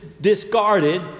discarded